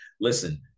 Listen